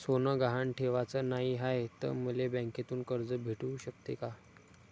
सोनं गहान ठेवाच नाही हाय, त मले बँकेतून कर्ज भेटू शकते का?